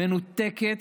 מנותקת,